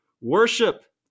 worship